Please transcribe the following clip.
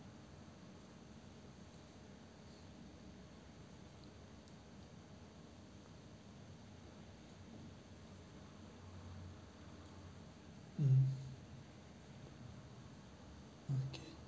mm okay